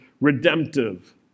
redemptive